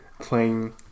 playing